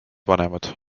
vanemad